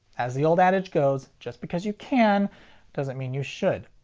as the old adage goes, just because you can doesn't mean you should.